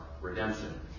redemption